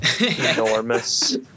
enormous